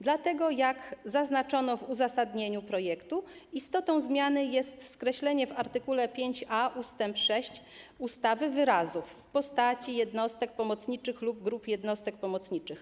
Dlatego, jak zaznaczono w uzasadnieniu projektu, istotą zmiany jest skreślenie w art. 5a ust. 6 ustawy wyrazów: w postaci jednostek pomocniczych lub grup jednostek pomocniczych.